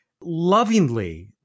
lovingly